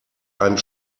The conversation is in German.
einen